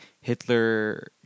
Hitler